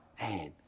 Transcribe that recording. Man